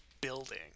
building